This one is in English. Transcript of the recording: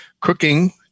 Cooking